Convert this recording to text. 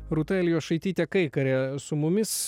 rūta elijošaitytė kaikarė su mumis